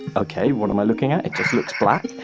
okay, what am i looking at? it just looks black.